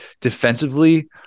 defensively